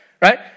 Right